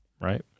right